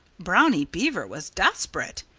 brownie beaver was desperate.